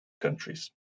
countries